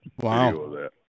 Wow